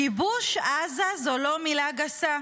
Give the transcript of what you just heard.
כיבוש עזה זו לא מילה גסה.